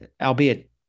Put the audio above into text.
albeit